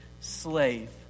slave